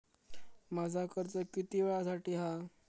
माझा कर्ज किती वेळासाठी हा?